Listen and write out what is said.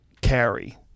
carry